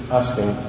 asking